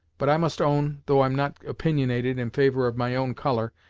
but i must own, though i'm not opinionated in favor of my own colour,